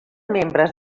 membres